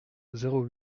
zéro